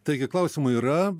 taigi klausimų yra